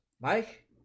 Mike